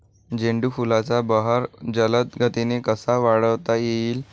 झेंडू फुलांचा बहर जलद गतीने कसा वाढवता येईल?